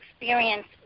experience